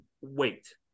Wait